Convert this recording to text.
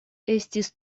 estis